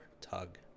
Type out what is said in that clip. tug